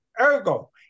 Ergo